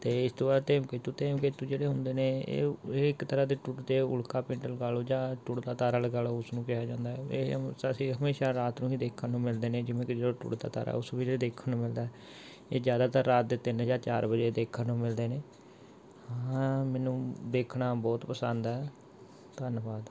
ਅਤੇ ਇਸ ਤੋਂ ਬਾਅਦ ਧੂਮ ਕੇਤੂ ਧੂਮ ਕੇਤੂ ਜਿਹੜੇ ਹੁੰਦੇ ਨੇ ਇਹ ਇਹ ਇੱਕ ਤਰ੍ਹਾਂ ਦੇ ਟੁੱਟਦੇ ਉਲਕਾ ਪਿੰਡ ਲਗਾ ਲਓ ਜਾਂ ਟੁੱਟਦਾ ਤਾਰਾ ਲਗਾ ਲਓ ਉਸ ਨੂੰ ਕਿਹਾ ਜਾਂਦਾ ਇਹ ਹਮੇਸ਼ਾ ਅਸੀਂ ਹਮੇਸ਼ਾ ਰਾਤ ਨੂੰ ਹੀ ਦੇਖਣ ਨੂੰ ਮਿਲਦੇ ਨੇ ਜਿਵੇਂ ਕਿ ਟੁੱਟਦਾ ਤਾਰਾ ਉਸ ਵੇਲੇ ਦੇਖਣ ਨੂੰ ਮਿਲਦਾ ਇਹ ਜ਼ਿਆਦਾਤਰ ਰਾਤ ਦੇ ਤਿੰਨ ਜਾਂ ਚਾਰ ਵਜੇ ਦੇਖਣ ਨੂੰ ਮਿਲਦੇ ਨੇ ਹਾਂ ਮੈਨੂੰ ਦੇਖਣਾ ਬਹੁਤ ਪਸੰਦ ਹੈ ਧੰਨਵਾਦ